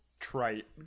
trite